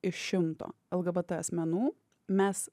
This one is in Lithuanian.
iš šimto lgbt asmenų mes